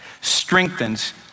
strengthens